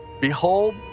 Behold